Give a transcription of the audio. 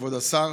כבוד השר,